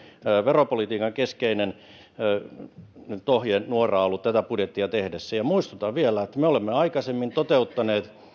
veropolitiikan keskeinen ohjenuora tätä budjettia tehtäessä ja muistutan vielä että me olemme aikaisemmin toteuttaneet